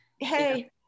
Hey